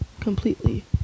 completely